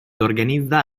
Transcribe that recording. organizza